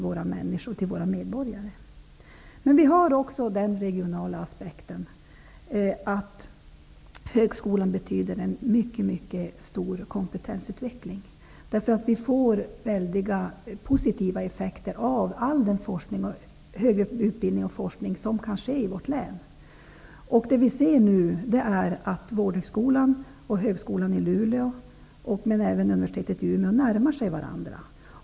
Det finns också en annan regional aspekt, nämligen att högskolan innebär en mycket stark kompetensutveckling. All den högre utbildning och forskning som kan ske i länet ger mycket positiva effekter. Nu kan vi se att Vårdhögskolan, högskolan i Luleå och även universitetet i Umeå närmar sig varandra.